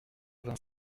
vingt